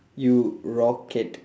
you rocket